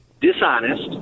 dishonest